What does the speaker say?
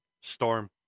Storm